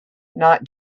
not